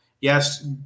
yes